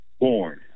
born